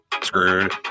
screwed